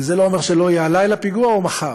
וזה לא אומר שלא יהיה הלילה פיגוע או מחר,